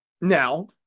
Now